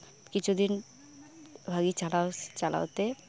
ᱠᱤᱪᱷᱩ ᱫᱤᱱ ᱵᱷᱟᱜᱤ ᱪᱟᱞᱟᱣ ᱪᱟᱞᱟᱣᱛᱮ